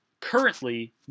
currently